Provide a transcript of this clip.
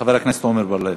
חבר הכנסת עמר בר-לב?